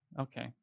Okay